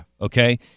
Okay